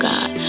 God